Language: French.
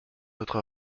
notre